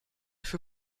für